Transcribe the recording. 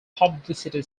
publicity